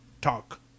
talk